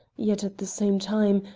yet, at the same time,